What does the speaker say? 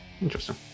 interesting